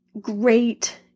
great